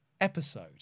episode